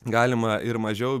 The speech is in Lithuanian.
galima ir mažiau